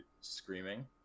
screaming